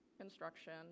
construction